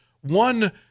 one